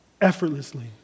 Effortlessly